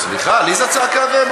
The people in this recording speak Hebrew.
סליחה, עליזה צעקה.